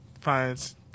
finds